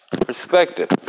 perspective